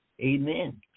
Amen